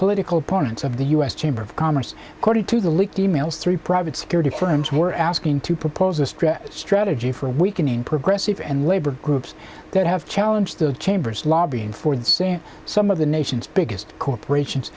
political opponents of the u s chamber of commerce according to the leaked e mails three private security firms were asking to propose a stress strategy for weakening progressive and labor groups that have challenge the chamber's lobbying for some of the nation's biggest corporations